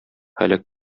һәлак